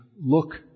look